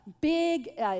big